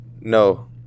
no